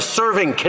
serving